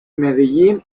medellín